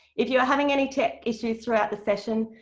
if you're having any tech issues throughout this session,